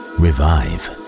revive